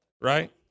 right